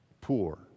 poor